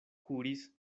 kuris